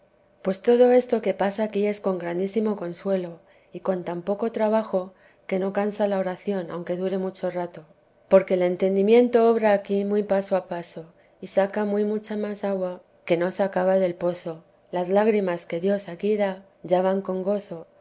pues todo esto que pasa aquí es con grandísimo consuelo y con tan poco trabajo que no cansa la oración aunque dure mucho rato porque el entendimiento obra aquí muy paso a paso y saca muy mucha más agua que vida de la santa madre no sacaba del pozo las lágrimas que dios aquí da ya van con gozo